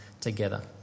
together